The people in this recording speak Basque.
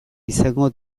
izango